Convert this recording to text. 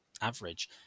average